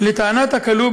לטענת הכלוא,